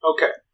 Okay